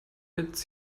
mit